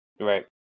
Right